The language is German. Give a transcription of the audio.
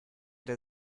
der